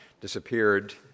Disappeared